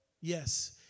Yes